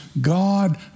God